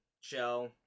show